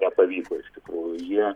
nepavyko iš tikrųjų jie